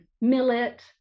millet